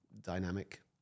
dynamic